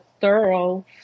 thorough